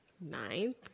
ninth